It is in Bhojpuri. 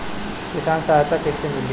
किसान सहायता कईसे मिली?